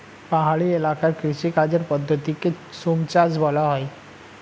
পাহাড়ি এলাকার কৃষিকাজের পদ্ধতিকে ঝুমচাষ বলা হয়